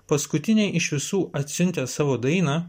paskutiniai iš visų atsiuntę savo dainą